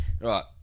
Right